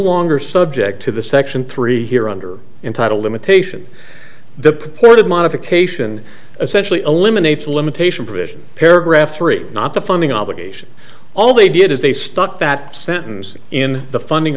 longer subject to the section three here under in title limitation the purported modification essentially eliminates limitation provision paragraph three not the funding obligations all they did is they stuck that sentence in the funding